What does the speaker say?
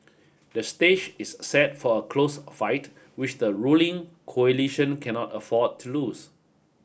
the stage is set for a close fight which the ruling coalition cannot afford to lose